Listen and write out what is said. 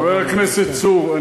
חבר הכנסת צור,